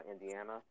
Indiana